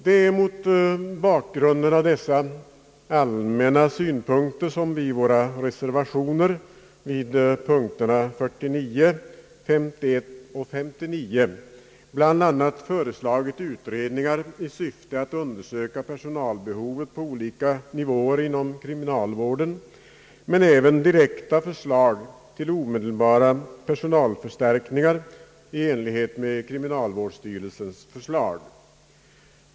Det är mot bakgrunden av dessa allmänna synpunkter som vi i våra reservationer vid punkterna 49, 51 och 59 bl.a. föreslagit utredningar i syfte att undersöka personalbehovet på olika nivåer inom kriminalvården, men även direkta förslag till omedelbara personalförstärkningar i enlighet med kriminalvårdsstyrelsens förslag.